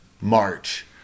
March